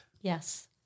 Yes